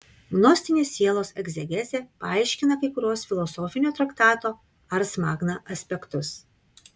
gnostinė sielos egzegezė paaiškina kai kuriuos filosofinio traktato ars magna aspektus